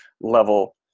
level